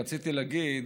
רציתי להגיד,